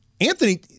Anthony